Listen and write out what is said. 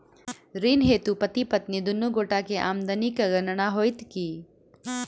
ऋण हेतु पति पत्नी दुनू गोटा केँ आमदनीक गणना होइत की?